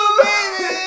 baby